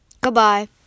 Goodbye